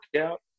out